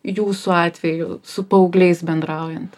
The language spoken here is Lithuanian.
jūsų atveju su paaugliais bendraujant